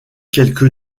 quelques